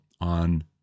on